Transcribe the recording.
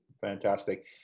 Fantastic